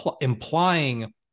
implying